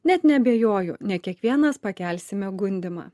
net neabejoju ne kiekvienas pakelsime gundymą